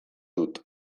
dut